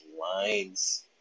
lines